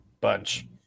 bunch